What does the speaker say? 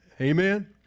Amen